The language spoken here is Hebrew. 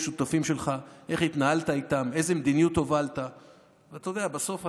איך אתה לא מתבייש לבוא ולומר לממשלה הזאת?